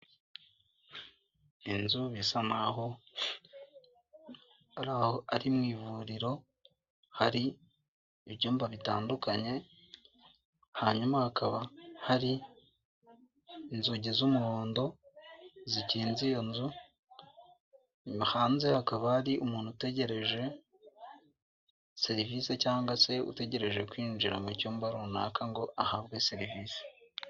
Inzu bisa n'aho aho ari mu ivuriro hari ibyumba bitandukanye hanyuma hakaba hari inzugi z'umuhondo zikinze iyo nzu hanze hakaba hari umuntu utegereje serivisi cyangwa se utegereje kwinjira mu cyumba runaka ngo ahabwe serivisi.